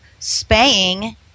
spaying